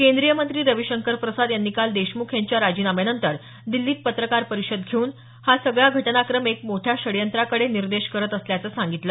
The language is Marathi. केंद्रीय मंत्री रविशंकर प्रसाद यांनी काल देशमुख यांच्या राजीनाम्यानंतर दिल्लीत पत्रकार परिषद घेऊन हा सगळा घटनाक्रम एका मोठ्या षडयंत्राकडे निर्देश करत असल्याचं सांगितलं